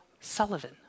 Sullivan